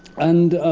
and